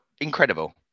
incredible